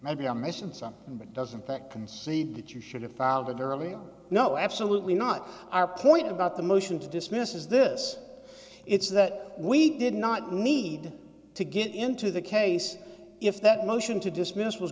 maybe i'm missing something but doesn't affect concede that you should have filed but there'll be no absolutely not our point about the motion to dismiss is this it's that we did not need to get into the case if that motion to dismiss was